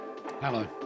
hello